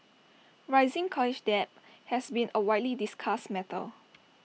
rising college debt has been A widely discussed matter